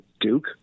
Duke